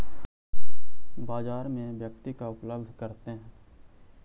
बाजार में व्यक्ति का उपलब्ध करते हैं?